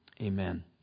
amen